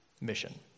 mission